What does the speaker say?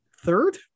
third